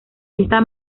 esta